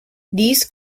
these